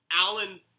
Alan